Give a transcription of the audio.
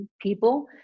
people